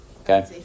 Okay